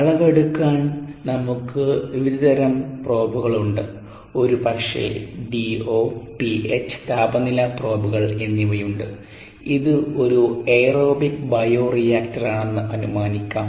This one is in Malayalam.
അളവെടുക്കാൻ നമുക്ക് വിവിധ തരം പ്രോബുകളുണ്ട് ഒരുപക്ഷേ ഡി ഒ പി എച്ച് താപനില പ്രോബുകൾ എന്നിവയുണ്ട് ഇത് ഒരു എയറോബിക് ബയോ റിയാക്ടറാണെന്ന് അനുമാനിക്കാം